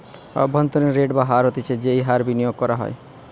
অভ্যন্তরীন রেট বা হার হতিছে যেই হার বিনিয়োগ করা হয়